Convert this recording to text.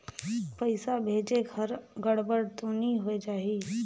पइसा भेजेक हर गड़बड़ तो नि होए जाही?